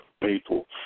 people